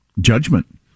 judgment